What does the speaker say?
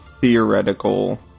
theoretical